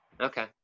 Okay